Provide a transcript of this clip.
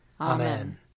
Amen